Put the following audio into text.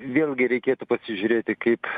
vėlgi reikėtų pasižiūrėti kaip